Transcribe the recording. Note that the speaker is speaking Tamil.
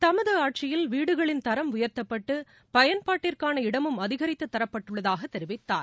தமது ஆட்சியில் வீடுகளின் தரம் உயர்த்தப்பட்டு பயன்பாட்டிற்கான இடமும் அதிகரித்து தரப்பட்டுள்ளதாக தெரிவித்தார்